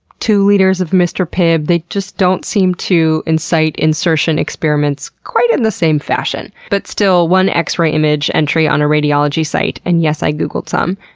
two liters of mr. pibb, they just don't seem to incite insertion experiments quite in the same fashion. but still, one x-ray image entry on a radiology site and yes. i googled some.